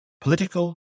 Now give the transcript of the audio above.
Political